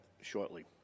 shortly